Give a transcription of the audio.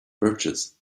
birches